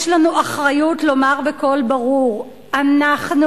יש לנו אחריות לומר בקול ברור: אנחנו